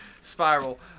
spiral